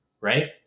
Right